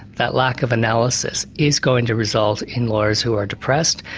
that lack of analysis, is going to result in lawyers who are depressed,